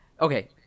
okay